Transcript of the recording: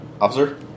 Officer